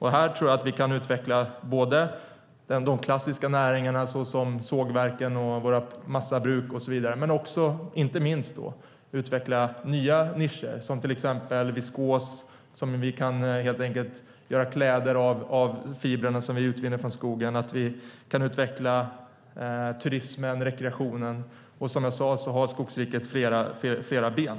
Här tror jag att vi kan utveckla både klassiska näringar som sågverk och massabruk men inte minst också utveckla nya nischer, till exempel framställning av viskos, så att vi kan göra kläder av fibrer som vi utvinner från skogen, eller att utveckla turism och rekreation. Som jag sade har Skogsriket flera ben.